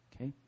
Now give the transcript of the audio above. Okay